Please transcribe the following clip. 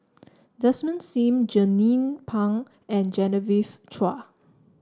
Desmond Sim Jernnine Pang and Genevieve Chua